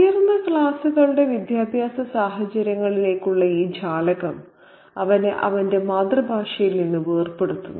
ഉയർന്ന ക്ലാസുകളുടെ വിദ്യാഭ്യാസ സാഹചര്യങ്ങളിലേക്കുള്ള ഈ ജാലകം അവനെ അവന്റെ മാതൃഭാഷയിൽ നിന്ന് വേർപെടുത്തുന്നു